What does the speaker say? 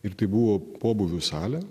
ir tai buvo pobūvių salė